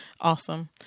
Awesome